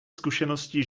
zkušeností